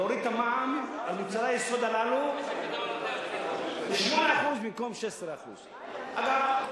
להוריד את המע"מ על מוצרי היסוד הללו ל-8% במקום 16%. אגב,